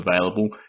available